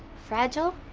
fragile?